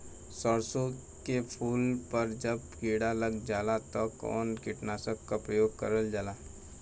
सरसो के फूल पर जब किड़ा लग जाला त कवन कीटनाशक क प्रयोग करल जाला?